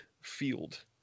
Field